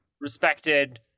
Respected